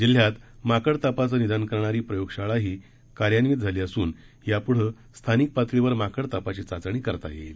जिल्ह्यात माकड तापाचं निदान करणारी प्रयोगशाळाही कार्यान्वीत झाली असून यापूढे स्थानिक पातळीवर माकड तापाची चाचणी करता येईल